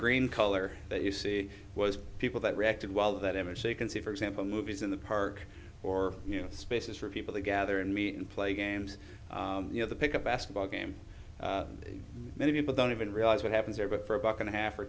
green color that you see was people that reacted well that image so you can see for example movies in the park or you know spaces for people to gather and meet and play games you know the pickup basketball game many people don't even realize what happens there but for a buck and a half or